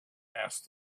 asked